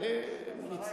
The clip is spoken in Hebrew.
דיון.